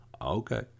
Okay